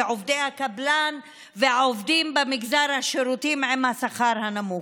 עובדי הקבלן והעובדים במגזר השירותים עם השכר הנמוך.